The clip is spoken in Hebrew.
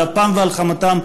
על אפם ועל חמתם,